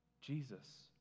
Jesus